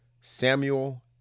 Samuel